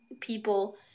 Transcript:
people